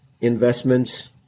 investments